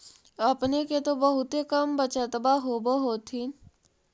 अपने के तो बहुते कम बचतबा होब होथिं?